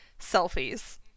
Selfies